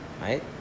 right